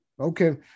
Okay